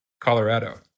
Colorado